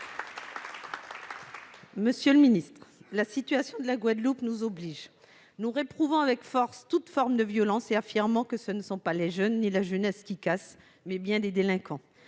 Monsieur le ministre, la situation de la Guadeloupe nous oblige. Nous réprouvons avec force toute forme de violence et affirmons que ce sont non pas les jeunes ou la jeunesse qui cassent, mais bien des délinquants.